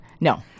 No